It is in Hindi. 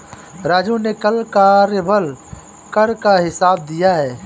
राजू ने कल कार्यबल कर का हिसाब दिया है